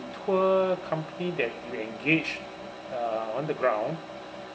tour company that we engaged uh on the ground